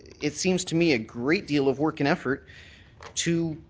it seems to be a great deal of work and effort to